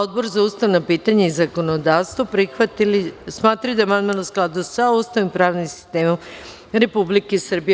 Odbor za ustavna pitanja i zakonodavstvo smatra da je amandman u skladu sa Ustavom i pravnim sistemom Republike Srbije.